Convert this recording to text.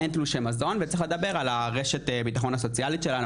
אין תלושי מזון וצריך לדבר על הרשת ביטחון הסוציאלית שלנו,